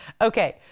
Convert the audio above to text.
Okay